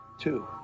two